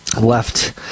left